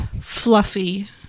fluffy